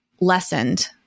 lessened